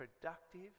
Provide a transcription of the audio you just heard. productive